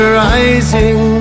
rising